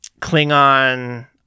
Klingon